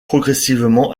progressivement